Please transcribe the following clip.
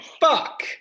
fuck